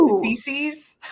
feces